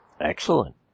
Excellent